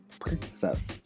princess